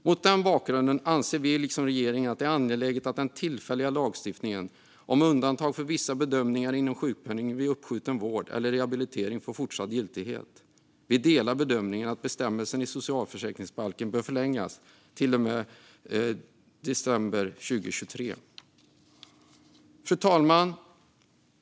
Mot den bakgrunden anser vi liksom regeringen att det är angeläget att den tillfälliga lagstiftningen om undantag från vissa bedömningar inom sjukpenningen vid uppskjuten vård eller rehabilitering får fortsatt giltighet. Vi delar bedömningen att bestämmelserna i socialförsäkringsbalken bör förlängas till och med december 2023. Fru talman!